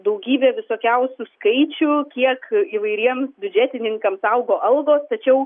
daugybę visokiausių skaičių kiek įvairiems biudžetininkams augo algos tačiau